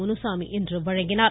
முனுசாமி இன்று வழங்கினார்